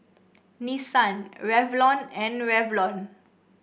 Nissan Revlon and Revlon